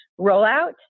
rollout